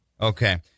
Okay